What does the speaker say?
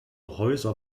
häuser